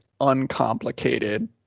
uncomplicated